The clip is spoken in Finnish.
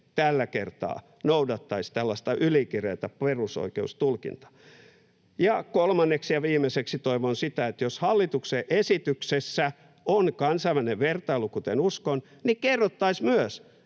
tällä kertaa noudattaisi tällaista ylikireätä perusoikeustulkintaa. Ja kolmanneksi ja viimeiseksi toivon sitä, että jos hallituksen esityksessä on kansainvälinen vertailu, kuten uskon, niin kerrottaisiin myös,